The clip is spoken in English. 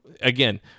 Again